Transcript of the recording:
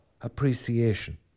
appreciation